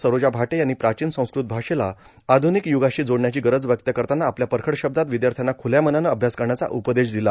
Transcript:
सरोजा भाटे यांनी प्राचीन संस्कृत भाषेला आध्रनिकयुगाशी जोडण्याची गरज व्यक्त करताना आपल्या परखड शब्दात विद्यार्थ्यांना खुल्या मनानं अभ्यास करण्यांचा उपदेश दिला